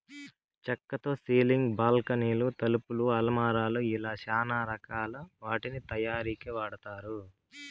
చక్కతో సీలింగ్, బాల్కానీలు, తలుపులు, అలమారాలు ఇలా చానా రకాల వాటి తయారీకి వాడతారు